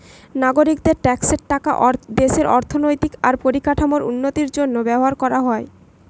নাগরিকদের ট্যাক্সের টাকা দেশের অর্থনৈতিক আর পরিকাঠামোর উন্নতির জন্য ব্যবহার কোরা হয়